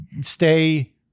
stay